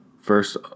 First